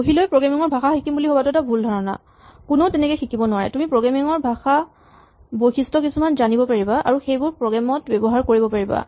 বহি লৈ প্ৰগ্ৰেমিং ৰ ভাষা শিকিম বুলি ভৱাটো এটা ভুল ধাৰণা কোনেও তেনেকে শিকিব নোৱাৰে তুমি প্ৰগ্ৰেমিং ৰ ভাষাৰ বৈশিষ্ট কিছুমান জানিব পাৰিবা আৰু সেইবোৰ প্ৰগ্ৰেম ত ব্যৱহাৰ কৰিব পাৰিবা